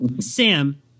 Sam